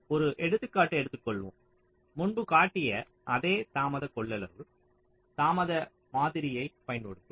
ஒரு எடுத்துக்காட்டு எடுத்துக்கொள்வோம் முன்பு காட்டிய அதே தாமத கொள்ளளவு தாமத மாதிரியைப் பயன்படுத்துவோம்